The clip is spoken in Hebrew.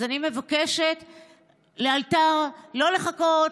אז אני מבקשת לאלתר, לא לחכות.